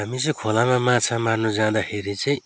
हामी चाहिँ खोलामा माछा मार्नु जाँदाखेरि चाहिँ